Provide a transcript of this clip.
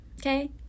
okay